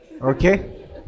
okay